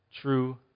True